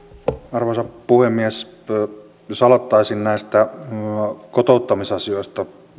arvoisa puhemies jos aloittaisin näistä kotouttamisasioista